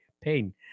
Pain